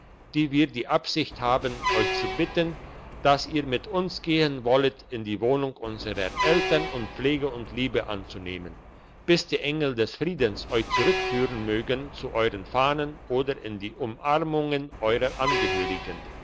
die wir die absicht haben euch zu bitten dass ihr mit uns gehen wollet in die wohnung unserer eltern und pflege und liebe anzunehmen bis die engel des friedens euch zurückführen mögen zu euren fahnen oder in die umarmungen eurer angehörigen